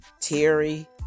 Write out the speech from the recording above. Terry